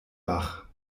wach